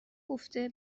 گفته